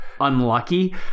unlucky